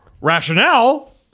rationale